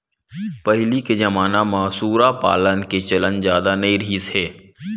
पहिली के जमाना म सूरा पालन के चलन जादा नइ रिहिस हे